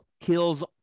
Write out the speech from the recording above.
kills